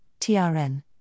TRN